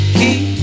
keep